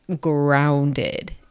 grounded